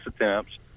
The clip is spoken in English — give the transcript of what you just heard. attempts